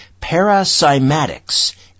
parasymatics